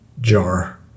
jar